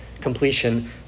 completion